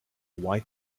white